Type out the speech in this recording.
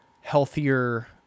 healthier